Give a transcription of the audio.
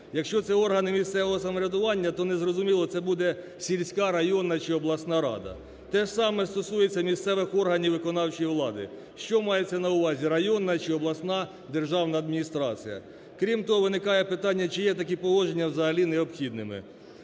Якщо це органи місцевого самоврядування, то не зрозуміло це буде сільська, районна чи обласна рада? Те ж саме стосується місцевих органів виконавчої влади. Що мається на увазі: районна чи обласна державна адміністрація? Крім того, виникає питання, чи є такі положення взагалі необхідними?